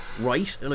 Right